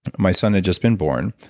my son had just been born,